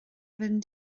fynd